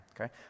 Okay